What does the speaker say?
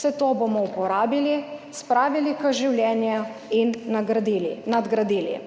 vse to bomo uporabili, spravili v življenje in nadgradili.